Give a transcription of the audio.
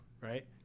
right